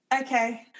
Okay